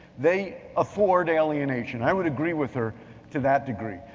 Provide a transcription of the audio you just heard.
they afford alienation, i would agree with her to that degree.